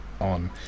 on